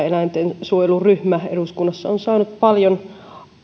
eläintensuojeluryhmä eduskunnassa on saanut paljon